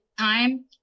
time